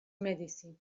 medici